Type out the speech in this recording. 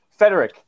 Federic